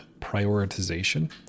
prioritization